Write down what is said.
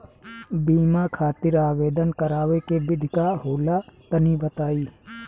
बीमा खातिर आवेदन करावे के विधि का होला तनि बताईं?